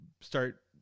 start